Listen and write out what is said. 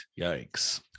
Yikes